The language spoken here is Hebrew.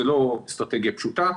זאת לא אסטרטגיה פשוטה.